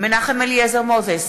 מנחם אליעזר מוזס,